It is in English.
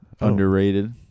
Underrated